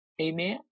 Amen